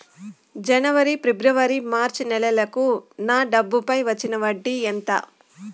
జనవరి, ఫిబ్రవరి, మార్చ్ నెలలకు నా డబ్బుపై వచ్చిన వడ్డీ ఎంత